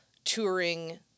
touring